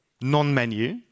non-menu